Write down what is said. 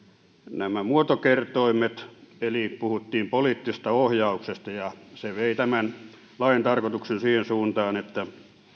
nämä muotokertoimet eli puhuttiin poliittisesta ohjauksesta ja se vei tämän lain tarkoituksen siihen suuntaan että